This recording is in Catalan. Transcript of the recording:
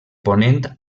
ponent